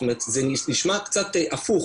זאת אומרת זה נשמע קצת הפוך,